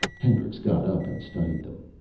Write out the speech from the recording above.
hendricks got up and studied them.